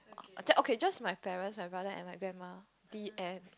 okay just my parents my brother and my grandma the end